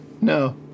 No